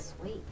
Sweet